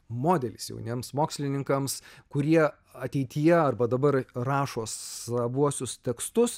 modelis jauniems mokslininkams kurie ateityje arba dabar rašo savuosius tekstus